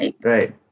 Right